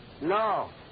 No